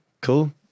cool